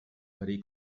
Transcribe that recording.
verí